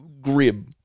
grim